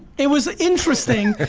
it was interesting,